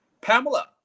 Pamela